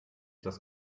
das